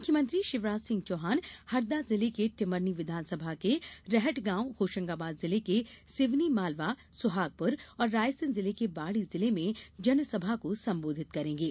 मुख्यमंत्री शिवराज सिंह हरदा जिले के टिमरनी विधानसभा के रहटगॉव होशंगाबाद जिले के सिवर्नी मालवा सुहागुपर और रायसेन जिले के बाडी जिले में जनसभा को संबोधित करेंगे